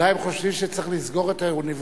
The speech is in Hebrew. אולי הם חושבים שצריך לסגור את האוניברסיטאות.